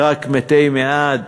ורק מתי מעט,